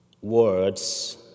words